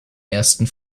ersten